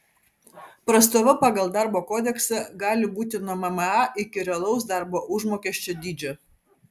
prastova pagal darbo kodeksą gali būti nuo mma iki realaus darbo užmokesčio dydžio